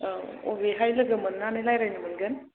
औ अबेहाय लोगो मोननानै रायज्लायनो मोनगोन